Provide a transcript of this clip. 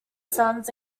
sons